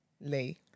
lay